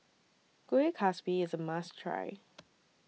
Kueh Kaswi IS A must Try